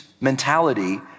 mentality